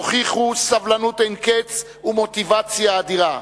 הוכיחו סבלנות אין קץ ומוטיבציה אדירה.